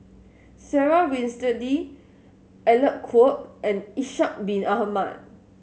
Sarah Winstedt Alec Kuok and Ishak Bin Ahmad